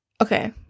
Okay